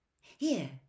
Here